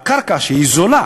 על קרקע שהיא זולה,